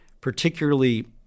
particularly